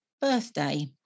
birthday